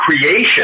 creation